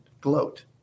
gloat